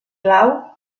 blau